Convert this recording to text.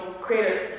create